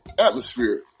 atmosphere